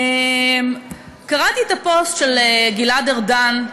קראתי את הפוסט של גלעד ארדן,